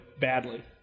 badly